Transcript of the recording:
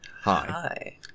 Hi